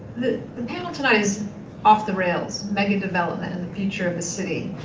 the the panel tonight is off the rails megadevelopment and the future of the city.